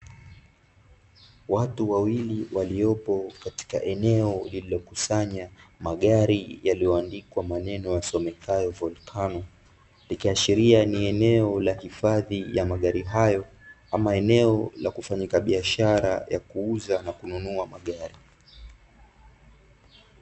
Watu wawili waliopo katika eneo lililokusanya magari yaliyoandikwa maneno yasomekayo volkano, likiashiria ni eneo la hifadhi ya magari hayo ama eneo la kufanyika biashara ya kuuza na kununua magari.